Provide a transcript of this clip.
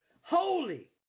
Holy